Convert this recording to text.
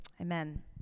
Amen